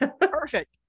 Perfect